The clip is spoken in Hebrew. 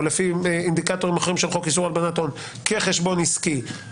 לפי אינדיקטורים אחרים של חוק איסור הלבנת הון כחשבון עסקי,